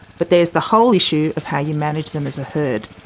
but there's the whole issue of how you manage them as a herd.